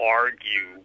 argue